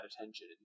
attention